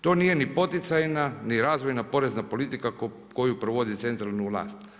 To nije ni poticajna, ni razvojna porezna politika koju provodi centralna vlast.